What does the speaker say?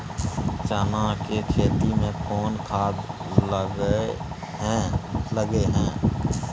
चना के खेती में कोन खाद लगे हैं?